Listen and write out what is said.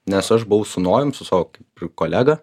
nes aš buvau su nojum su savo kaip ir kolega